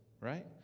right